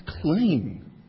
clean